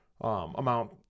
amount